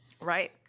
right